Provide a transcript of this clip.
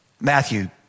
Matthew